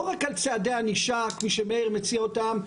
רק על צעדי ענישה כפי שמאיר מציע אותם,